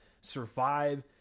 survive